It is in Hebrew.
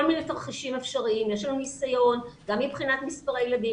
כל מיני תרחישים אפשריים כאשר יש לנו ניסיון גם מבחינת מספרי הילדים,